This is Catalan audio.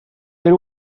éreu